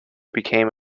became